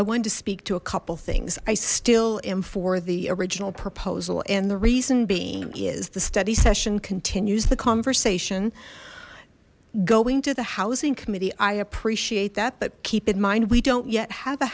i want to speak to a couple things i still am for the original proposal and the reason being is the study session continues the conversation going to the housing committee i appreciate that but keep in mind we don't yet have